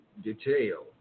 detail